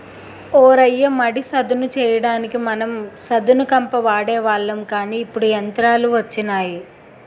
ఓ రయ్య మడి సదును చెయ్యడానికి మనం సదును కంప వాడేవాళ్ళం కానీ ఇప్పుడు యంత్రాలు వచ్చినాయి